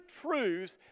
truths